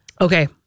Okay